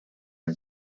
and